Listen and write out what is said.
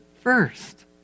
first